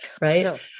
right